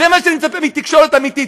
זה מה שאני מצפה מתקשורת אמיתית,